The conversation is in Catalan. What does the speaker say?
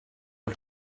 els